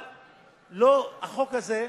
אבל החוק הזה,